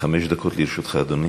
חמש דקות לרשותך, אדוני.